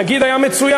הנגיד היה מצוין,